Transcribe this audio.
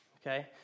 Okay